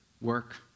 work